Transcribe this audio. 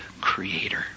Creator